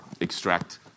extract